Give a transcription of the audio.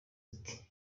ati